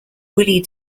willie